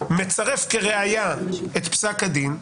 מצרף כראיה את פסק הדין,